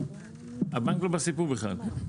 הבנק לא בסיפור בכלל.